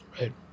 Right